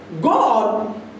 God